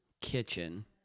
kitchen